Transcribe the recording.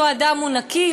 אותו אדם הוא נקי?